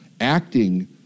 acting